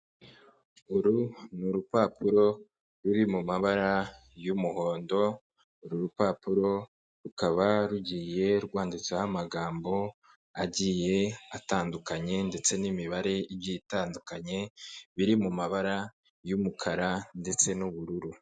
Uru ni urupapuro ruri mu mabara y'umuhondo uru rupapuro rukaba rugiye rwanditseho amagambo agiye atandukanye ndetse n'imibare igiye itandukanye biri mu mumabara y'umukara ndetse n'ubururu.